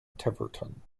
tiverton